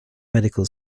medical